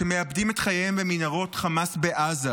שמאבדים את חייהם במנהרות חמאס בעזה,